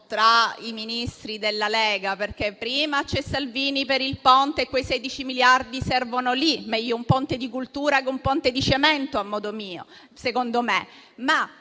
tra i Ministri della Lega: prima infatti c'è Salvini per il Ponte e quei 16 miliardi servono lì, meglio un ponte di cultura che un ponte di cemento, a parer mio. E poi chi